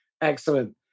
Excellent